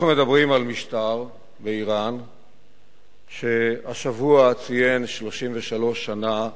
אנחנו מדברים על משטר באירן שהשבוע ציין 33 שנה למהפכה,